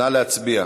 נא להצביע.